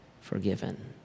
forgiven